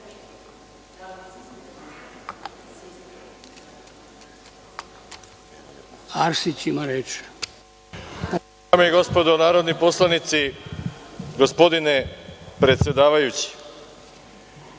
Antić ima reč.